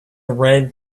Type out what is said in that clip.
red